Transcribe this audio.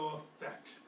effect